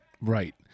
Right